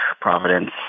Providence